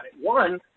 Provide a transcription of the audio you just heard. One